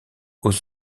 aux